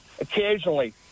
occasionally